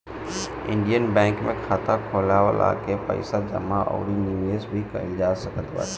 Indian Bank में खाता खोलवा के पईसा जमा अउरी निवेश भी कईल जा सकत बाटे